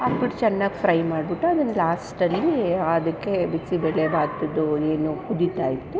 ಹಾಕ್ಬಿಟ್ಟು ಚೆನ್ನಾಗಿ ಫ್ರೈ ಮಾಡಿಬಿಟ್ಟು ಅದನ್ನ ಲಾಸ್ಟಲ್ಲಿ ಅದಕ್ಕೆ ಬಿಸಿಬೇಳೆಬಾತದ್ದು ಏನು ಕುದಿತಾಯಿತ್ತು